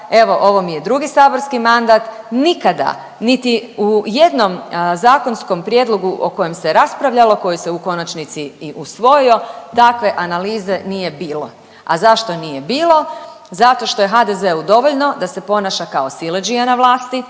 evo, ovo mi je drugi saborski mandat, nikada niti u jednom zakonskom prijedlogu o kojem se raspravljalo, koji se u konačnici i usvojio, takve analize nije bilo. A zašto nije bilo? Zato što je HDZ-u dovoljno da se ponaša kao siledžija na vlasti,